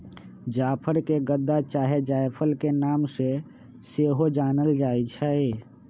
जाफर के गदा चाहे जायफल के नाम से सेहो जानल जाइ छइ